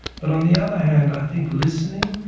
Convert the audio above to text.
but on the other hand, i think listening,